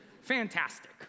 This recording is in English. Fantastic